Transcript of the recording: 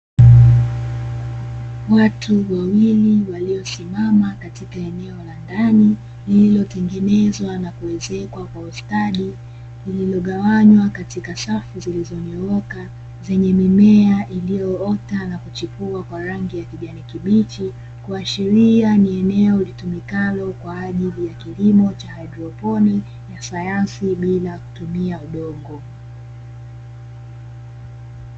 Watu wawili waliosimama katika eneo la ndani lililotengenezwa na kuezekwa kwa ustadi, lililo gawanywa katika safu zilizo nyooka zenye mimea iliyoota na kuchipua kwa rangi ya kijani kibichi. Kuashiria ni eneo litumikalo kwa ajili ya kilimo cha haidroponiki ya sayansi bila kutumia udongo.